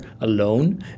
alone